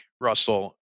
Russell